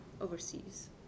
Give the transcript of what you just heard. overseas